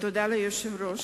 תודה ליושב-ראש.